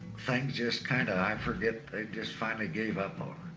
things just kind of, i forget, they just finally gave up on